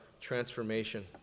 transformation